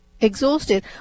exhausted